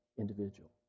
individual